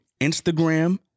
Instagram